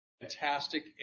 fantastic